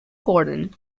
gordon